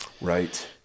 Right